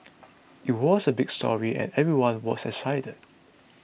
it was a big story and everyone was excited